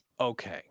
Okay